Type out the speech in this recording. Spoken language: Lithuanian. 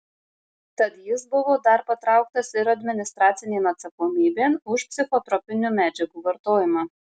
tad jis buvo dar patrauktas ir administracinėn atsakomybėn už psichotropinių medžiagų vartojimą